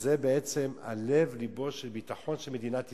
שזה לב לבו של הביטחון של מדינת ישראל,